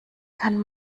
kann